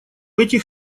этих